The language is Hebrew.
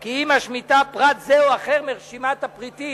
כי היא משמיטה פרט זה או אחר מרשימת הפריטים.